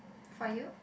for you